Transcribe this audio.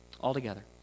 altogether